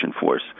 force